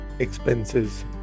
expenses